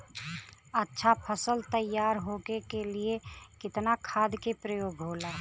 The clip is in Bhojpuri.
अच्छा फसल तैयार होके के लिए कितना खाद के प्रयोग होला?